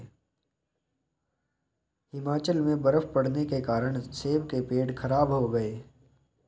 हिमाचल में बर्फ़ पड़ने के कारण सेब के पेड़ खराब हो गए